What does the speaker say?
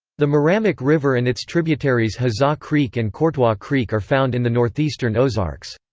the meramec river and its tributaries huzzah creek and courtois creek are found in the northeastern ozarks.